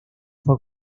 fue